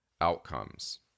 outcomes